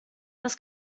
das